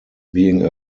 being